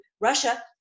Russia